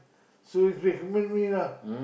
so it break evenly lah